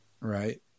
right